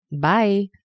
Bye